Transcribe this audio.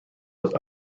was